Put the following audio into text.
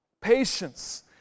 Patience